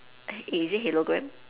is it hologram